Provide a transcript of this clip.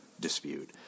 dispute